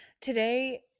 Today